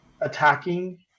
attacking